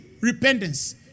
repentance